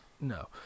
No